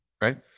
right